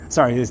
Sorry